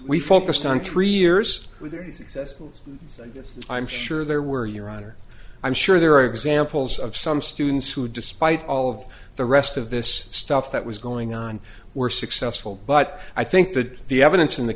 we focused on three years with this i'm sure there were your honor i'm sure there are examples of some students who despite all of the rest of this stuff that was going on were successful but i think that the evidence in the